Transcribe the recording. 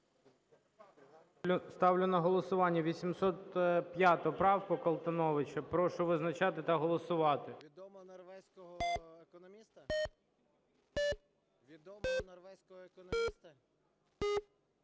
Ставлю на голосування 805 правку Колтуновича. Прошу визначатись та голосувати.